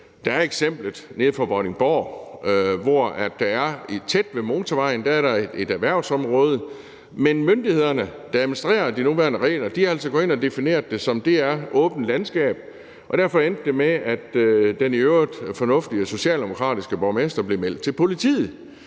er et eksempel nede fra Vordingborg, hvor der tæt ved motorvejen er et erhvervsområde, men myndighederne, der administrerer de nuværende regler, er altså gået ind og har defineret det som et åbent landskab. Derfor endte det med, at den i øvrigt fornuftige socialdemokratiske borgmester blev meldt til politiet.